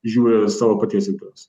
žiūri savo paties ydas